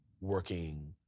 working